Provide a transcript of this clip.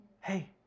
Hey